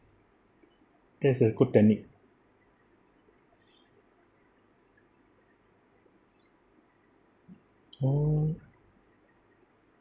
that's a good technique oh